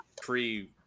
pre